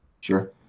Sure